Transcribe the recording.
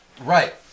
right